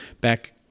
Back